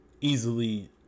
easily